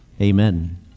amen